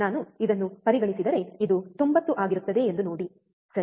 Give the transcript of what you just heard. ನಾನು ಇದನ್ನು ಪರಿಗಣಿಸಿದರೆ ಇದು 90 ಆಗಿರುತ್ತದೆ ಎಂದು ನೋಡಿ ಸರಿ